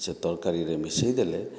ସେ ତରକାରୀରେ ମିଶେଇ ଦେଲେ